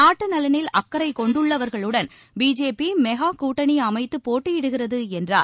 நாட்டு நலனில் அக்கறை கொண்டுள்ளவர்களுடன் பிஜேபி மெகா கூட்டணி அமைத்து போட்டியிடுகிறது என்றார்